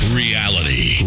reality